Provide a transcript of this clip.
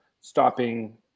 stopping